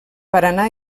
paranà